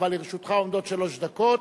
אבל לרשותך עומדות שלוש דקות.